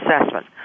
assessment